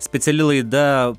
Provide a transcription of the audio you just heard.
speciali laida